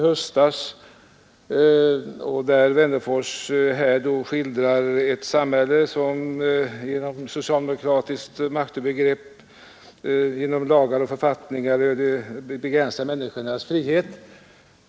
Herr Wennerfors skildrade här i sitt anförande ett samhälle där människornas frihet begränsas på grund av lagar och förordningar som tillkommer genom socialdemokratiskt maktövergrepp.